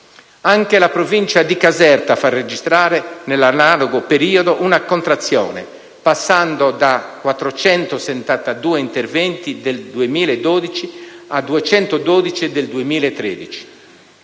Anche la provincia di Caserta fa registrare, nell'analogo periodo, una contrazione, passando da 472 interventi nel 2012 a 212 nel 2013.